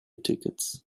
tickets